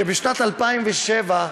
שבשנת 2007,